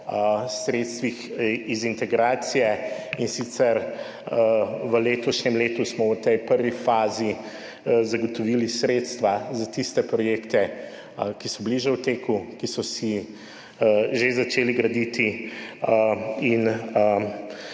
sredstvih iz integracije, in sicer, v letošnjem letu smo v tej prvi fazi zagotovili sredstva za tiste projekte, ki so bili že v teku, ki so se že začeli graditi in